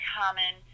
common